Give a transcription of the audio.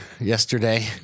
Yesterday